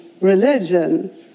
religion